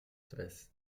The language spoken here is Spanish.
tres